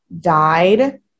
died